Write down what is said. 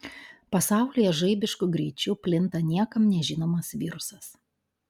pasaulyje žaibišku greičiu plinta niekam nežinomas virusas